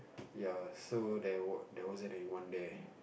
ya so there were there wasn't anyone there